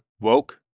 Woke